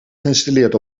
geïnstalleerd